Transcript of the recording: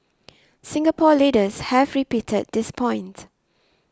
Singapore leaders have repeated this point